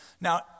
Now